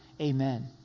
Amen